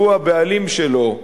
שהוא הבעלים שלו,